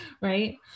right